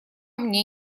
мне